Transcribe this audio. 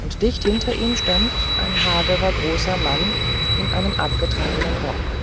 und dicht hinter ihm stand ein hagerer großer mann in einem abgetragenen rock